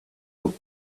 look